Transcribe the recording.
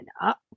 up